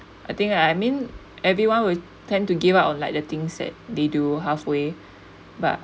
I think I mean everyone will tend to give up on like the things that they do halfway but